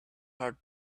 heart